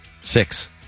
Six